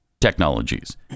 Technologies